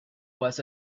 was